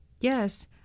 Yes